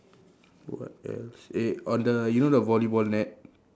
what else eh on the you know the volleyball net